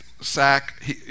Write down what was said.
sack